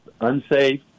unsafe